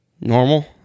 normal